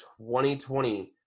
2020